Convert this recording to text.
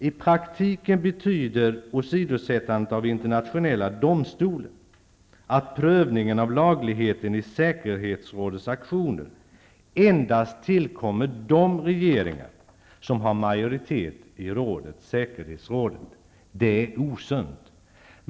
I praktiken betyder åsidosättandet av Internationella domstolen att prövningen av lagligheten i säkerhetsrådets aktioner endast tillkommer de regeringar, vilka har majoritet i säkerhetsrådet. Det är osunt.